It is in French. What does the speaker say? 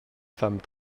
femmes